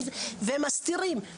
והם מסתירים.